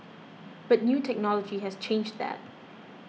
but new technology has changed that